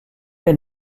les